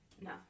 no